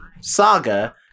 saga